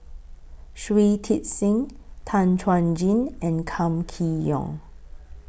Shui Tit Sing Tan Chuan Jin and Kam Kee Yong